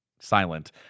silent